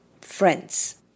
friends